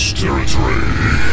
territory